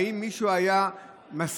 האם מישהו היה מסכים,